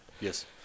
Yes